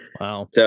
Wow